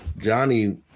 Johnny